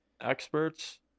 experts